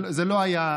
לא,